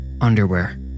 Underwear